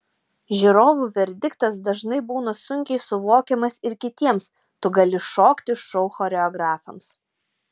žiūrovų verdiktas dažnai būna sunkiai suvokiamas ir kitiems tu gali šokti šou choreografams